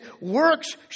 works